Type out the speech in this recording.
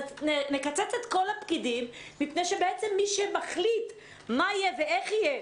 נקצץ את כל הפקידים מפני שבעצם מי שמחליט מה יהיה ואיך יהיה,